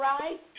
right